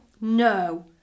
No